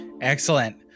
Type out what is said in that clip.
Excellent